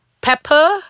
pepper